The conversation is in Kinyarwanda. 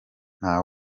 nta